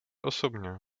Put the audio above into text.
osobně